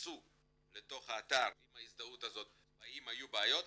ונכנסו לתוך האתר עם ההזדהות הזאת והאם היו בעיות,